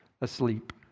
asleep